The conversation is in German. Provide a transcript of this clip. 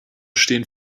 stehen